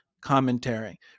commentary